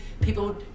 people